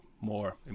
more